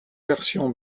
version